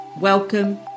Welcome